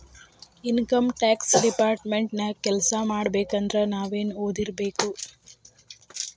Income tax department ನ್ಯಾಗ್ ಕೆಲ್ಸಾಮಾಡ್ಬೇಕಂದ್ರ ನಾವೇನ್ ಒದಿರ್ಬೇಕು?